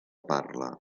parla